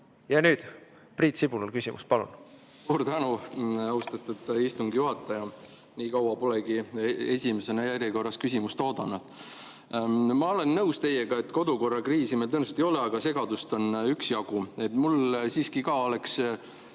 Ja nüüd on Priit Sibulal küsimus, palun! Suur tänu, austatud istungi juhataja! Nii kaua polegi esimesena järjekorras küsimist oodanud. Ma olen teiega nõus, et kodukorrakriisi meil tõenäoliselt ei ole, aga segadust on üksjagu. Mul siiski on